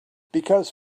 because